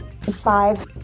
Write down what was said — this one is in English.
Five